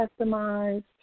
customized